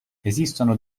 esistono